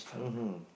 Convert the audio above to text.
mmhmm